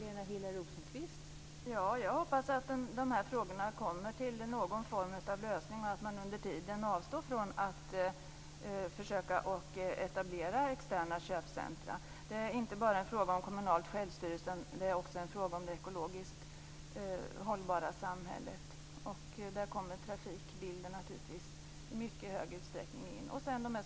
Fru talman! Jag hoppas att de här frågorna kommer till någon form av lösning, men att man under tiden avstår från att försöka att etablera externa köpcentrum. Det är inte bara en fråga om kommunalt självstyre. Det är också en fråga om det ekologiskt hållbara samhället. Där kommer trafikbilden naturligtvis i mycket hög utsträckning in.